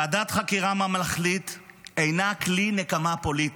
ועדת חקירה ממלכתית אינה כלי נקמה פוליטי.